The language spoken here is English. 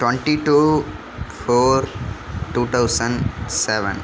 twenty two four two thousand seven